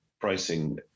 pricing